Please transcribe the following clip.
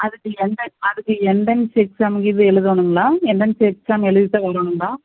அதுக்கு என்ட்ரன்ஸ் அதுக்கு entrance exam இது எழுதணுங்களா என்ட்ரன்ஸ் எக்ஸாம் எழுதிட்டு தான் வரணுங்களா